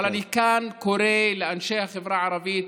אבל אני כאן קורא לאנשי החברה הערבית,